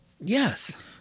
Yes